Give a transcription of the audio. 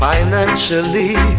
Financially